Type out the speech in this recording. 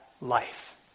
life